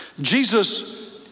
Jesus